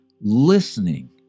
listening